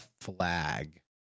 flag